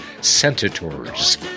senators